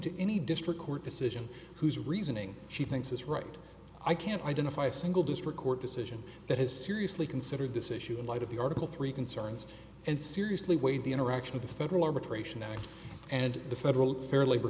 to any district court decision whose reasoning she thinks is right i can't identify a single district court decision that has seriously considered this issue in light of the article three concerns and seriously weigh the interaction of the federal immigration act and the federal fair labor